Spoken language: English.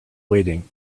waiting